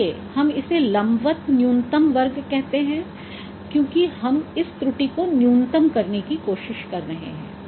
इसलिए हम इसे लंबवत न्यूनतम वर्ग कहते हैं क्योंकि हम इस त्रुटि को न्यूनतम करने की कोशिश कर रहे हैं